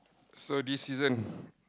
so this season